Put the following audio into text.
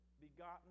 begotten